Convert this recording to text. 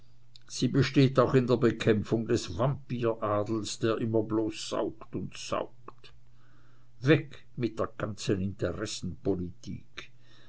sie besteht auch in der bekämpfung des vampir adels der immer bloß saugt und saugt weg mit der ganzen